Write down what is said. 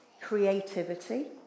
creativity